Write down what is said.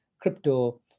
crypto